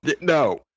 No